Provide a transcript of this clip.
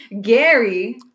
Gary